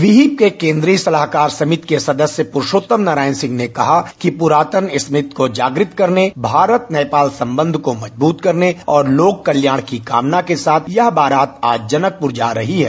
विहिप के केन्द्रीय सलाहकार समिति के सदस्य प्रुरुषोत्तम नारायण सिंह ने कहा कि पुरातन स्मृत को जागृत करने भारत नेपाल सम्बन्ध को मजबूत करने और लोक कल्याण की कामना के साथ यह बारात आज जनकपुर जा रही है